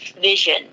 vision